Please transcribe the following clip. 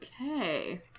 okay